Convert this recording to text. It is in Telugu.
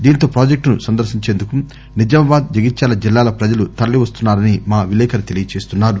దీంతో ప్రాజెక్టును సందర్శించేందుకు నిజామాబాద్ జగిత్యాల జిల్లాల ప్రజలు తరలి వస్తున్నా రని మా విలేకరి తెలియజేస్తున్నా రు